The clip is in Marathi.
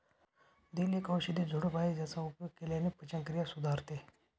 दिल एक औषधी झुडूप आहे ज्याचा उपयोग केल्याने पचनक्रिया सुधारते